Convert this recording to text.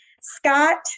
Scott